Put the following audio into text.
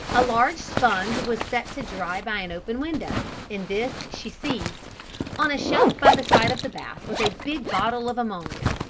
a large sponge was set to dry by an open window, and this she seized on a shelf by the side of the bath was a big bottle of ammonia,